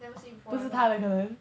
never say before a lot of times